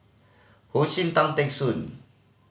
Ho Ching Tan Teck Soon